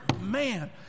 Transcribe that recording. Man